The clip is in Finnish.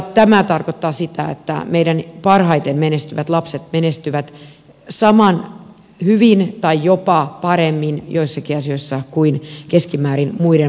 tämä tarkoittaa sitä että meidän parhaiten menestyvät lapset menestyvät yhtä hyvin tai jopa paremmin joissakin asioissa kuin keskimäärin muiden maiden lapset